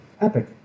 Epic